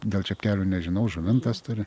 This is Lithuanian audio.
dėl čepkelių nežinau žuvintas turi